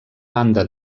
banda